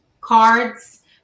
Cards